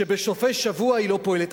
שבסופי שבוע היא לא פועלת.